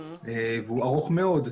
והוא ארוך מאוד.